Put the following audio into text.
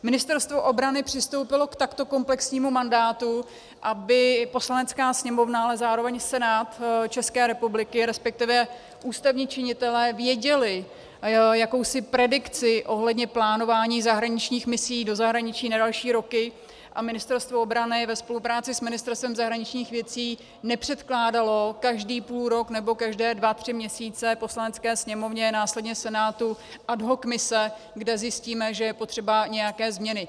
Ministerstvo obrany přistoupilo k takto komplexnímu mandátu, aby Poslanecká sněmovna, ale zároveň Senát České republiky, respektive ústavní činitelé věděli jakousi predikci ohledně plánování zahraničních misí do zahraničí na další roky a Ministerstvo obrany ve spolupráci s Ministerstvem zahraničních věcí nepředkládalo každý půlrok nebo každé dva tři měsíce Poslanecké sněmovně a následně Senátu ad hoc mise, kde zjistíme, že je potřeba nějaké změny.